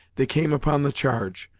they came upon the charge,